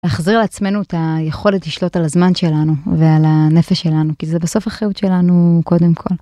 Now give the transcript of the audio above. אחזיר לעצמנו את היכולת לשלוט על הזמן שלנו ועל הנפש שלנו כי זה בסוף אחריות שלנו קודם כל.